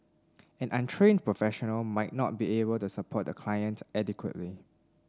an untrained professional might not be able to support the client adequately